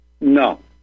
No